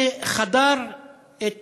שחדר את